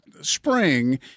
spring